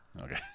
Okay